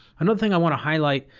another thing i want to highlight,